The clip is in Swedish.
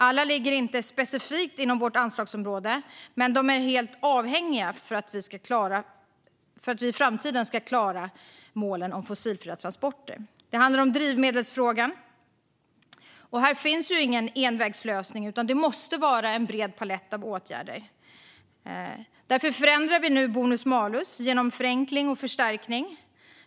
Alla ligger inte specifikt inom vårt anslagsområde, men de är helt avhängiga budgeten för att vi i framtiden ska klara målen om fossilfria transporter. Det handlar bland annat om drivmedelsfrågan. Här finns ingen envägslösning, utan det måste vara en bred palett av åtgärder. Därför förändrar vi nu systemet med bonus-malus genom förenkling och förstärkning.